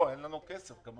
לא, אין לנו כסף כמובן.